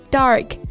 dark